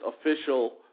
official